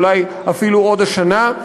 אולי אפילו עוד השנה,